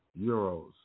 euros